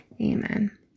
amen